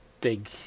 big